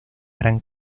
gran